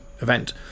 event